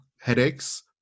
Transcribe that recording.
headaches